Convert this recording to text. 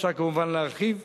אפשר כמובן להרחיב.